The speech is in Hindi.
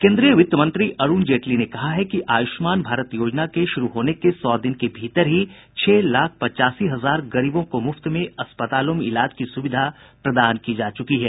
केन्द्रीय वित्तमंत्री अरूण जेटली ने कहा है कि आयुष्मान भारत योजना के शुरू होने के सौ दिन के भीतर ही छह लाख पचासी हजार गरीबों को मुफ्त में अस्पतालों में इलाज की सुविधा प्रदान की जा चुकी है